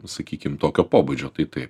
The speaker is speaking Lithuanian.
sakykim tokio pobūdžio tai taip